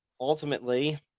ultimately